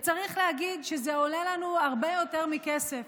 צריך להגיד שזה עולה לנו הרבה יותר מכסף.